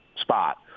spot